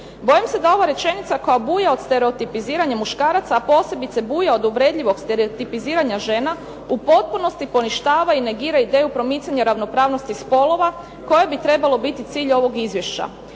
Bojim se da ova rečenica koja buja od stereotipiziranja muškaraca, a posebice buja od uvredljivog stereotipiziranja žena u potpunosti ponižava i negira ideju promicanja ravnopravnosti spolova kojoj bi trebao biti cilj ovog izvješća.